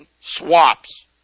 swaps